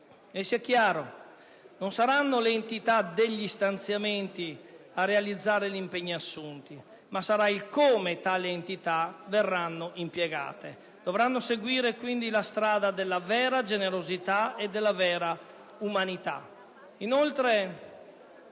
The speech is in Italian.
E sia chiaro: non saranno le entità degli stanziamenti a realizzare gli impegni assunti, ma sarà il come tali entità verranno impiegate. Dovranno seguire quindi la strada della vera generosità e della vera umanità.